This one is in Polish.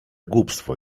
głupstwo